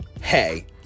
Hey